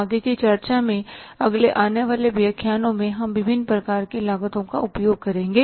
आगे की चर्चा में अगले आने वाले व्याख्यानों में हम विभिन्न प्रकार की लागतों का उपयोग करेंगे